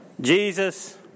Jesus